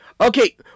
Okay